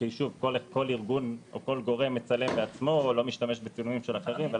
שוב כל ארגון או כל גורם מצלם בעצמו ולא משתמש בצילומים של אחרים.